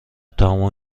تمام